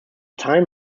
time